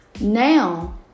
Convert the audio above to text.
Now